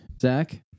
Zach